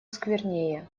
сквернее